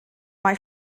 mai